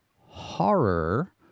horror